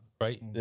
right